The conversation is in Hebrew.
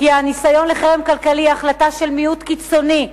כי הניסיון לחרם כלכלי הוא החלטה של מיעוט קיצוני,